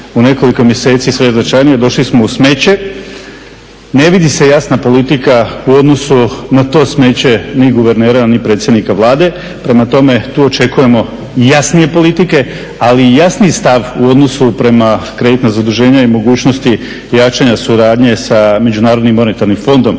u nekoliko mjeseci sve značajnije došli smo u smeće, ne vidi se jasna politika u odnosu na to smeće ni guvernera a ni predsjednika Vlade. Prema tome, tu očekujemo jasnije politike ali i jasniji stav u odnosu prema kreditnim zaduženjima i mogućnosti jačanja suradnje sa MMF-om. Govorili ste o